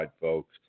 folks